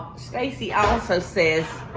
stacy also says